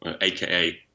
aka